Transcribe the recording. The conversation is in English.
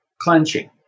clenching